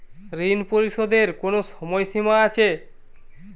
ঋণ পরিশোধের কোনো সময় সীমা আছে?